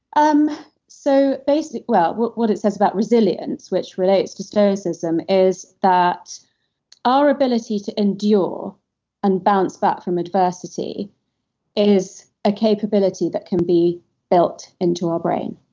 um so well, what what it says about resilience, which relates to stoicism is that our ability to endure and bounce back from adversity is a capability that can be built into our brain.